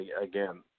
again